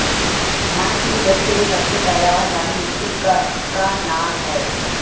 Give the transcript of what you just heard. धान की उपज के लिए सबसे पैदावार वाली मिट्टी क का नाम ह?